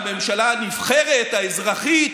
הממשלה הנבחרת, האזרחית,